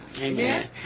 Amen